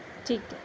ٹھیک ہے